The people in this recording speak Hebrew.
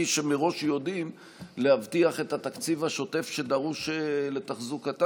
שמראש יודעים להבטיח את התקציב השוטף שדרוש לתחזוקתם,